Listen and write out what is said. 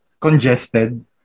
congested